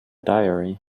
diary